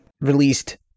released